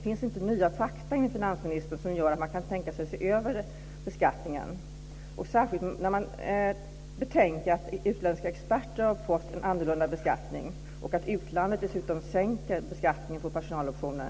Finns det inte nya fakta som gör att man tänka sig att se över denna beskattning, särskilt som utländska experter har fått en annorlunda beskattning och när utlandet dessutom sänker beskattningen på personaloptioner?